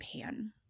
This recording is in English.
pan